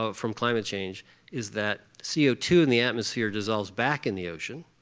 ah from climate change is that c o two in the atmosphere dissolves back in the ocean,